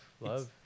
love